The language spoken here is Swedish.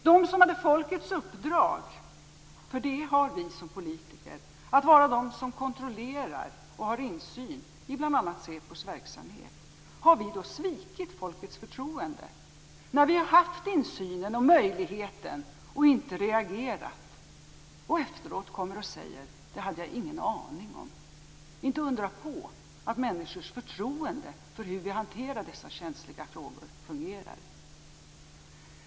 Vi hade folkets uppdrag - det har vi som politiker - att vara de som kontrollerar och har insyn i bl.a. SÄPO:s verksamhet. Har vi svikit folkets förtroende när vi har haft insynen och möjligheten och inte reagerat? Efteråt kommer vi och säger: Det hade jag ingen aning om. Det är inte att undra på att människors förtroende för hur vi hanterar dessa känsliga frågor minskar.